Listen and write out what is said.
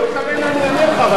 אם אתה מתכוון אני אענה לך,